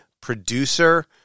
Producer